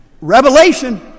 Revelation